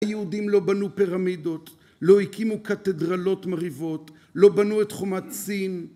היהודים לא בנו פרמידות, לא הקימו קתדרלות מרהיבות, לא בנו את חומת סין.